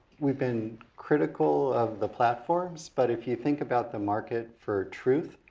we've been critical of the platforms, but if you think about the market for truth.